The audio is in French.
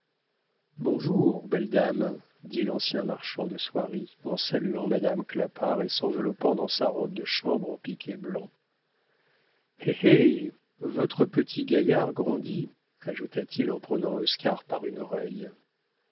bonjour belle dame dit l'ancien marchand de soieries en saluant madame clapart et s'enveloppant dans sa robe de chambre de piqué blanc eh eh votre petit gaillard grandit ajouta-t-il en prenant oscar par une oreille